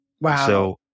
wow